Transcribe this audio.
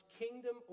kingdom